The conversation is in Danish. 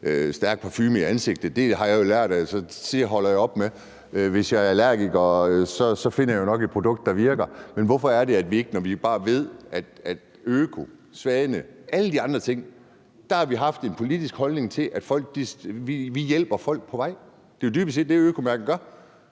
stærk parfume i ansigtet. Det har jeg jo lært, så det er jeg holdt op med at bruge. Hvis jeg er allergiker, finder jeg jo nok et produkt, der virker. I forhold til økomærket, Svanemærket og alle de andre ting har vi haft en politisk holdning til, at vi hjælper folk på vej. Det er jo dybest set det, økomærket gør.